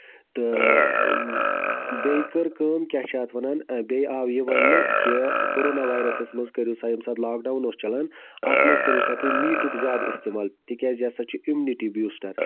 تہٕ اۭں بیٚیہِ کٔر کٲم کیاہ چھُ یَتھ وَنان بیٚیہِ آو یہِ وَنٕنہٕ کہِ کَرونا وایرسَس منٛز کٔرو سا ییٚمہِ ساتہٕ لاکڈاوُن اوس چَلان اَتھ منٛز کٔرِو سا تُہۍ میٖٹُک زیادٕ اِستعمال تِکیازِ یہِ سا چھُ اٮ۪مُنِٹی بوٗسٹر